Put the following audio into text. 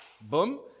boom